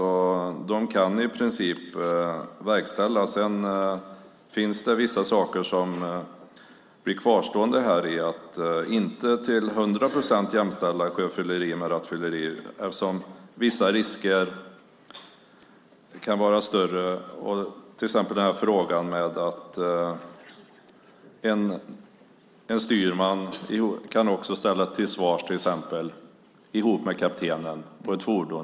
Detta kan i princip verkställas, men sedan finns det vissa saker som blir kvarstående. Man jämställer inte sjöfylleri med rattfylleri till hundra procent eftersom vissa risker kan vara större. Det gäller till exempel frågan om att även en styrman kan ställas till svars ihop med kaptenen på ett fartyg.